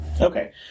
Okay